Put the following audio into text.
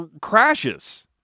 crashes